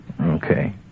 okay